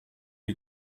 you